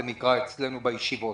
זה נקרא אצלנו בישיבות.